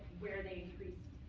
where they increase